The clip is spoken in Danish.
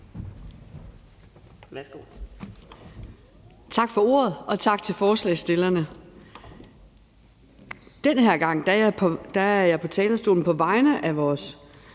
Værsgo.